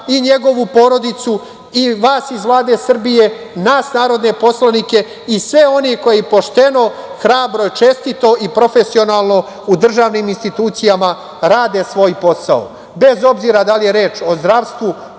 i njegovu porodicu i vas iz Vlade Srbije, nas narodne poslanike i sve one koji pošteno, hrabro, čestito i profesionalno u državnim institucijama rade svoj posao, bez obzira da li je reč o zdravstvu,